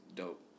dope